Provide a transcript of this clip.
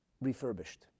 refurbished